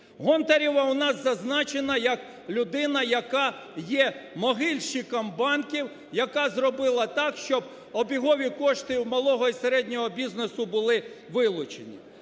Гонтарева у нас зазначена як людина, яка є могильщиком банків, яка зробила так, щоб обігові кошти у малого і середнього бізнесу були вилучені.